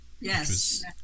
Yes